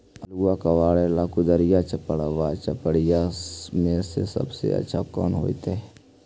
आलुआ कबारेला कुदारी, चपरा, चपारी में से सबसे अच्छा कौन होतई?